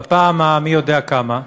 בפעם המי-יודע-כמה,